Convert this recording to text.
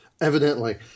Evidently